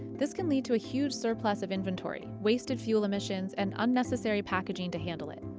this can lead to a huge surplus of inventory, wasted fuel emissions and unnecessary packaging to handle it.